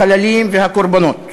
החללים והקורבנות: